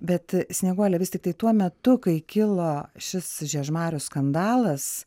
bet snieguole vis tiktai tuo metu kai kilo šis žiežmarių skandalas